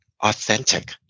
authentic